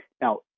Now